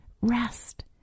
Rest